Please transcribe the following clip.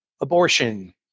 Abortion